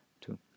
two